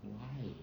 why